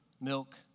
milk